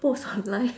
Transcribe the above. post online